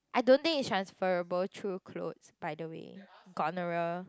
I don't think it's transferable through clothes by the way gonorrhea